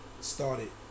started